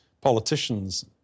politicians